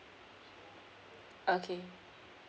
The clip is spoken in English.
okay